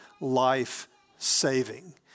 life-saving